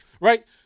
right